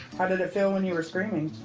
how did it feel when you were screaming?